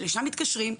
שלשם מתקשרים.